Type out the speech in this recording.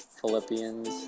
Philippians